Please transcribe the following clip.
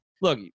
look